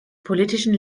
politischen